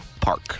Park